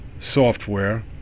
software